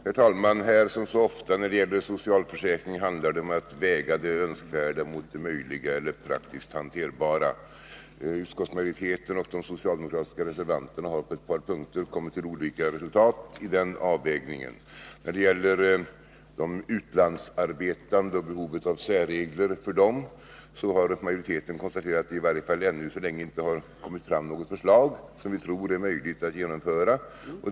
Herr talman! Här — som så ofta när det gäller socialförsäkringen — handlar det om att väga det önskvärda mot det möjliga eller praktiskt hanterbara. Utskottsmajoriteten och de socialdemokratiska reservanterna har på ett par punkter kommit till olika resultat i den avvägningen. När det gäller de utlandsarbetande och behovet av särregler för dem har majoriteten konstaterat att det i varje fall ännu så länge inte har kommit fram något förslag som vi tror är möjligt att genomföra.